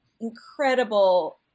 incredible